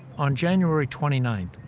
on january twenty nine,